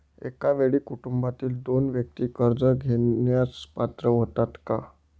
एका वेळी कुटुंबातील दोन व्यक्ती कर्ज घेण्यास पात्र होतात का?